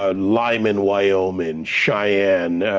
ah lyman, wyoming, cheyenne,